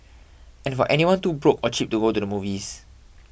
and for anyone too broke or cheap to go to the movies